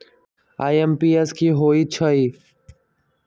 IMPS की होईछइ?